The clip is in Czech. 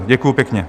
Děkuji pěkně.